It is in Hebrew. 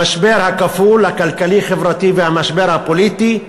המשבר הכפול, הכלכלי-חברתי, והמשבר הפוליטי,